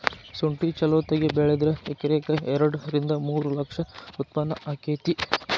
ಸುಂಠಿ ಚಲೋತಗೆ ಬೆಳದ್ರ ಎಕರೆಕ ಎರಡ ರಿಂದ ಮೂರ ಲಕ್ಷ ಉತ್ಪನ್ನ ಅಕೈತಿ